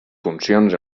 funcions